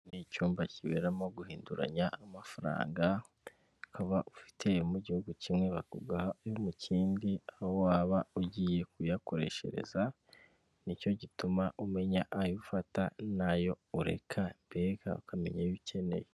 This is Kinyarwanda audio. Icyumba kiberamo guhinduranya amafaranga ukaba ufite ayo mu gihugu kimwe ukaba ushaka ayo mu kindi waba ugiye kuyakoresherezamo nicyo gituma umenya ayofata nayo ureka mbega ukamenya ayo ukeneye.